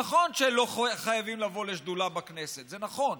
נכון שלא חייבים לבוא לשדולה בכנסת, זה נכון,